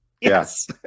Yes